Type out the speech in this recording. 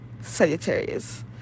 Sagittarius